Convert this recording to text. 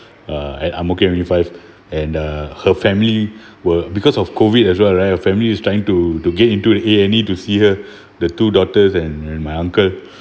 uh at ang mo kio avenue five and uh her family were because of COVID as well right your family is trying to to get into the A and E to see her the two daughters and my uncle